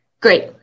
great